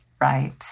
Right